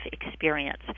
experience